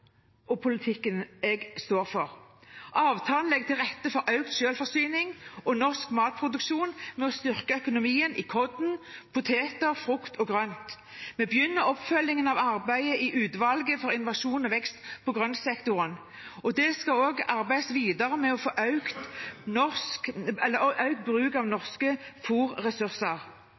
og politikken jeg står for. Avtalen legger til rette for økt selvforsyning og norsk matproduksjon ved å styrke økonomien i korn, poteter, frukt og grønt. Vi begynner oppfølgingen av arbeidet i utvalget for innovasjon og vekst på grøntsektoren. Det skal også arbeides videre med å få økt bruk av norske